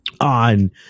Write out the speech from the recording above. on